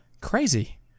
crazy